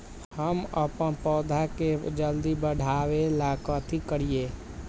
हम अपन पौधा के जल्दी बाढ़आवेला कथि करिए?